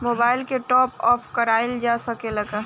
Mobile के top आप कराइल जा सकेला का?